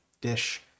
Dish